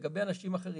לגבי אנשים אחרים,